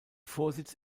vorsitz